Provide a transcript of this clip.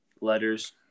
letters